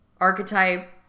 Archetype